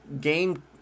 game